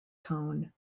tone